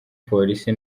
polisi